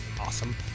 Awesome